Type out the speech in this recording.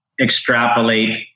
extrapolate